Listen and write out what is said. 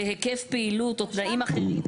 להיקף פעילות או תנאים אחרים?